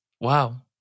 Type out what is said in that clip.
wow